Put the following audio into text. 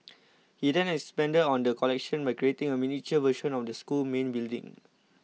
he then expanded on the collection by creating a miniature version of the school's main building